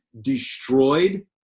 destroyed